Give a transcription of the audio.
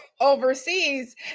overseas